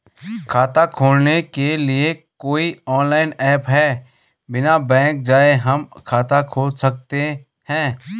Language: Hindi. खाता खोलने के लिए कोई ऑनलाइन ऐप है बिना बैंक जाये हम खाता खोल सकते हैं?